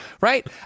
Right